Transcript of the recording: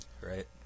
Right